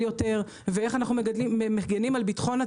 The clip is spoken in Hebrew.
יותר ואיך אנחנו מגנים על ביטחון התזונתי,